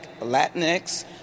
Latinx